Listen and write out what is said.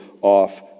off